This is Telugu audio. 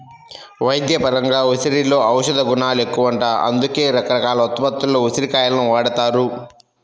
వైద్యపరంగా ఉసిరికలో ఔషధగుణాలెక్కువంట, అందుకే రకరకాల ఉత్పత్తుల్లో ఉసిరి కాయలను వాడతారు